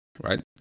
right